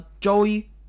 Joey